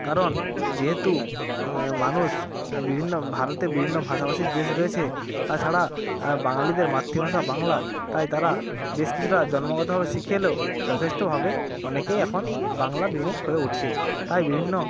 কারণ যেহেতু মানুষ বিভিন্ন ভারতে বিভিন্ন ভাষাভাষীর দেশ রয়েছে তাছাড়া বাঙালিদের মাতৃভাষা বাংলা তাই তারা বেশ কিছুটা জন্মগতভাবে শিখে এলেও যথেষ্টভাবে অনেকেই এখন বাংলা বিমুখ হয়ে উঠছে তাই বিভিন্ন